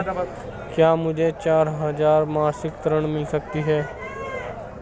क्या मुझे चार हजार मासिक ऋण मिल सकता है?